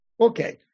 Okay